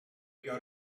got